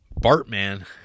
Bartman